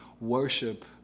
worship